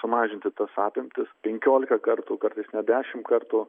sumažinti tas apimtis penkiolika kartų kartais net dešimt kartų